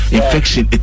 infection